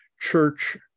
church